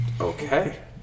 Okay